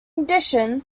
addition